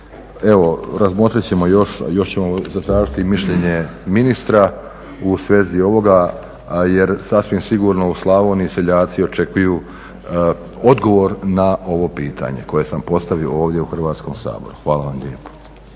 Evo, razmotrit ćemo još, još ćemo zatražiti mišljenje ministra u svezi ovoga jer sasvim sigurno u Slavoniji seljaci očekuju odgovor na ovo pitanje koje sam postavio ovdje u Hrvatskom saboru. Hvala vam lijepo.